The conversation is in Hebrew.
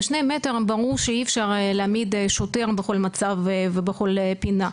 בשני המטר ברור שאי אפשר להעמיד שוטר בכל מצב ובכל פינה.